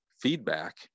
feedback